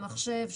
מחשב,